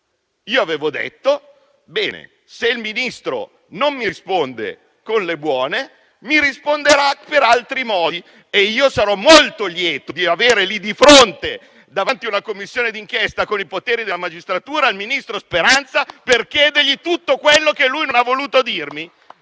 Io avevo detto: bene, se il Ministro non mi risponde con le buone, mi risponderà per altri modi. E sarò molto lieto di avere di fronte a me, davanti a una Commissione di inchiesta con i poteri della magistratura, l'ex ministro Speranza, per chiedergli tutto quello che non ha voluto dirmi